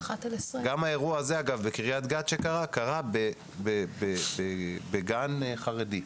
גם האירוע הזה שקרה בקריית גת קרה בגן חרדי,